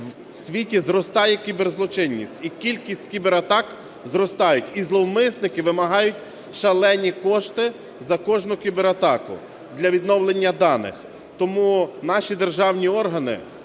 в світі зростає кіберзлочинність і кількість кібератак зростає і зловмисники вимагають шалені кошти за кожну кібератаку для відновлення даних. Тому наші державні органи,